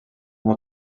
sola